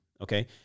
okay